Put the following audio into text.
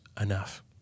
enough